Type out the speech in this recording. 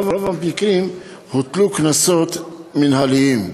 ברוב המקרים הוטלו קנסות מינהליים.